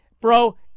Bro